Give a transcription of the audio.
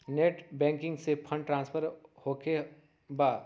Net banking से fund transfer होखें बा?